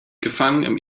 gefangen